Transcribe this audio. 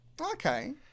Okay